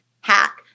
hack